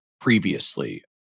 previously